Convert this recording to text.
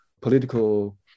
political